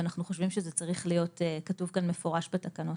אנחנו חושבים שזה צריך להיות כתוב כאן מפורש בתקנות.